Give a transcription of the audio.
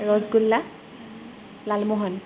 rasgulla Lalmohan